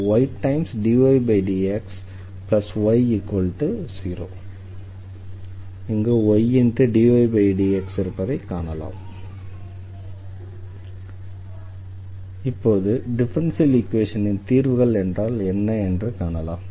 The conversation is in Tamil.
d2ydx2ydydxy0 இப்போது டிஃபரன்ஷியல் ஈக்வேஷனின் தீர்வுகள் என்றால் என்ன என்று காணலாம்